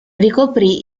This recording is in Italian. ricoprì